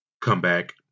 comeback